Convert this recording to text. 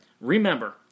remember